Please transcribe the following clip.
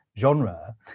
genre